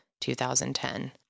2010